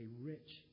rich